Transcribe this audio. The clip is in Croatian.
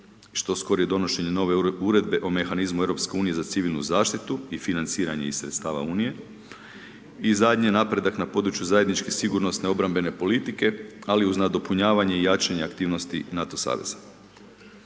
što skorije donošenje nove uredbe o mehanizmu Europske unije za civilnu zaštitu i financiranje iz sredstava Unije, i zadnje, napredak na području zajedničke sigurnosne obrambene politike, ali uz nadopunjavanje i jačanje aktivnosti NATO saveza.